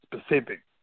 specific